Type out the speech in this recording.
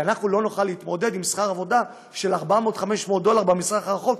כי אנחנו לא נוכל להתמודד עם שכר עבודה של 500-400 דולר במזרח הרחוק,